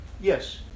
Yes